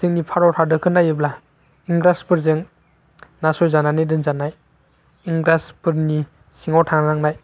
जोंनि भारत हादरखौ नायोब्ला इंराजफोरजों नासयजानानै दोनजानाय इंराजफोरनि सिङाव थानांनाय